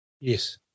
Yes